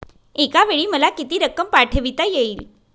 एकावेळी मला किती रक्कम पाठविता येईल?